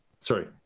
sorry